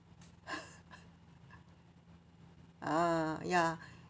uh ya